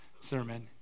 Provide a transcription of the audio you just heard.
sermon